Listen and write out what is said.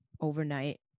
overnight